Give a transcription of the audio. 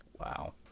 wow